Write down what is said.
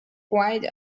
quite